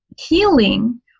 healing